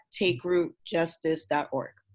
takerootjustice.org